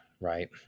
right